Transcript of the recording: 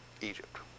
Egypt